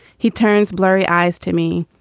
he turns blurry eyes to me.